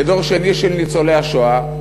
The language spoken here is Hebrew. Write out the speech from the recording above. כדור שני של ניצולי השואה,